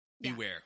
beware